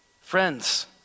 Friends